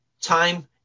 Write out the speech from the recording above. time